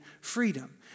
freedom